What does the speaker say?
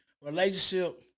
relationship